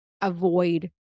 avoid